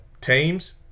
teams